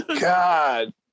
God